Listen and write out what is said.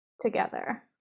together